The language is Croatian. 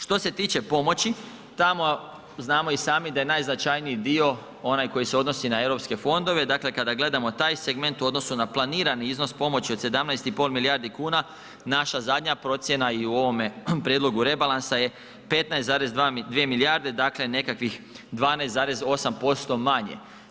Što se tiče pomoći tamo znamo i sami da je najznačajniji dio onaj koji se odnosi na europske fondove, dakle kada gledamo taj segment u odnosu na planirani iznos pomoći od 17,5 milijardi kuna naša zadnja procjena i u ovome prijedlogu rebalansa je 15,2 milijarde, dakle nekakvih 12,8% manje.